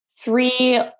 three